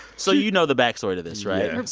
so you know the back story to this, right?